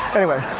anyway.